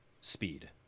speed